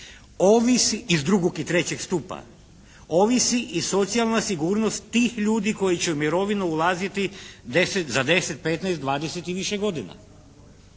ovisi, iz drugog i trećeg stupa, ovisi i socijalna sigurnost tih ljudi koji će u mirovinu ulaziti za 10, 15, 20 i više godina.